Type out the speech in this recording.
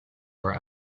were